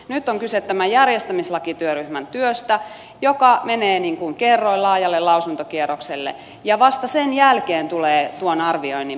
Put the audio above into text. nyt on kyse tämän järjestämislakityöryhmän työstä joka menee niin kuin kerroin laajalle lausuntokierrokselle ja vasta sen jälkeen tulee tuon arvioinnin paikka